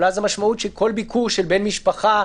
המשמעות שכל ביקור של בן משפחה,